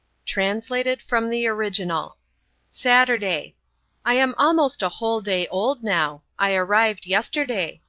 translated from the original saturday i am almost a whole day old, now. i arrived yesterday.